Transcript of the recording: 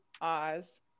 Oz